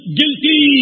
guilty